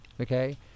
okay